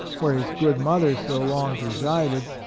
where his good mother so long resided,